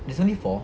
there's only four